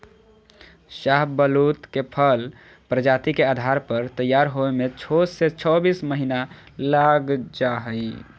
शाहबलूत के फल प्रजाति के आधार पर तैयार होवे में छो से चोबीस महीना लग जा हई